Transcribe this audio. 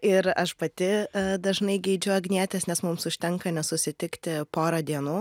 ir aš pati dažnai geidžiu agnietės nes mums užtenka nesusitikti porą dienų